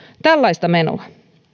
tällaista menoa